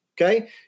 okay